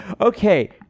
Okay